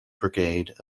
brigade